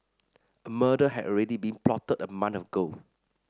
a murder had already been plotted a month ago